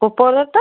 Oppo rate ଟା